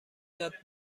یاد